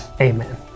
amen